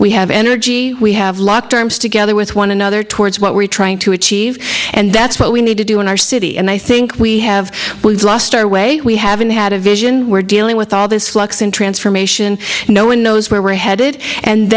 we have energy we have locked arms together with one another towards what we're trying to achieve and that's what we need to do in our city and i think we have we've lost our way we haven't had a vision we're dealing with all this flux in transformation and no one knows where we're headed and